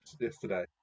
yesterday